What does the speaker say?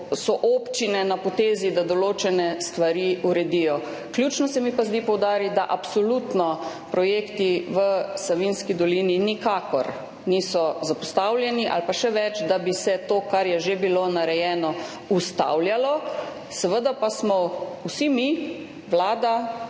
občine, da uredijo določene stvari. Ključno se mi pa zdi poudariti, da absolutno projekti v Savinjski dolini nikakor niso zapostavljeni ali pa še več, da bi se to, kar je že bilo narejeno, ustavljalo. Seveda pa smo vsi mi, Vlada,